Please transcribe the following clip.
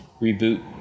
reboot